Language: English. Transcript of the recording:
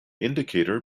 indicator